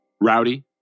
Rowdy